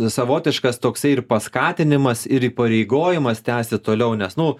savotiškas toksai ir paskatinimas ir įpareigojimas tęsti toliau nes nu